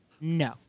No